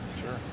Sure